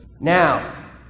Now